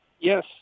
Yes